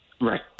Right